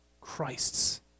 Christ's